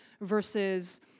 versus